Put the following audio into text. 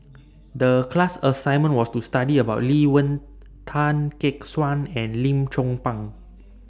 The class assignment was to study about Lee Wen Tan Gek Suan and Lim Chong Pang